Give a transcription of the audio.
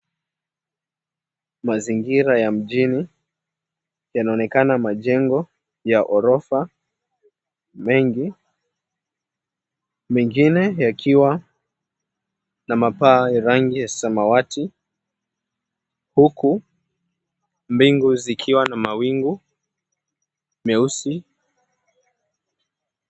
Mazingira ya mjini yanaonekana majengo ya ghjorofa mengi. Mengine yakiwa na mapaa ya rangi ya samawati, huku mbingu zikiwa na mawingu meusi.